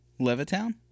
Levittown